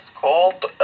called